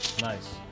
Nice